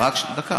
דקה.